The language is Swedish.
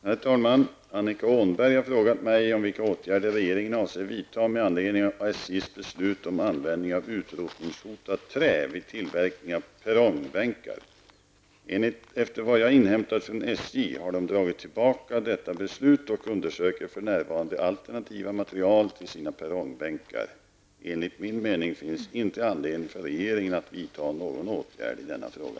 Herr talman! Annika Åhnberg har frågat mig om vilka åtgärder regeringen avser vidta med anledning av SJs beslut om användning av utrotningshotat trä vid tillverkning av perrongbänkar. Efter vad jag inhämtat från SJ har man dragit tillbaka detta beslut och undersöker för närvarande alternativa material till sina perrongbänkar. Enligt min mening finns det inte anledning för regeringen att vidta någon åtgärd i denna fråga.